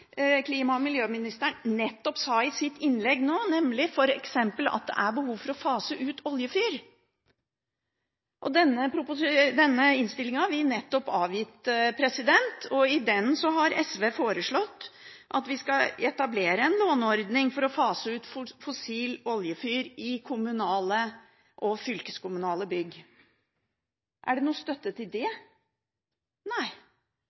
sa i sitt innlegg nå, er det f.eks. behov for å fase ut oljefyring. Innstillingen til kommuneproposisjonen har vi nettopp avgitt, og i den har SV foreslått at vi skal etablere en låneordning for å fase ut fossil oljefyring i kommunale og fylkeskommunale bygg. Er det noe støtte til det? Nei,